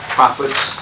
prophets